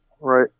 Right